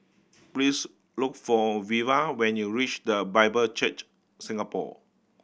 please look for Veva when you reach The Bible Church Singapore